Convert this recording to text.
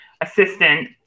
assistant